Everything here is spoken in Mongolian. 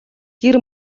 гэр